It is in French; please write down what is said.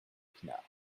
pinard